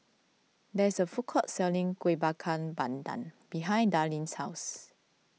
there is a food court selling Kueh Bakar Pandan behind Darlyne's house